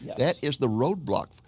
yeah that is the roadblock.